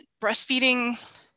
breastfeeding